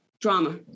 drama